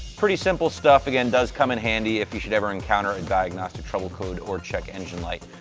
pretty simple stuff. again, does come in handy if you should ever encounter a and diagnostic trouble code or check engine light.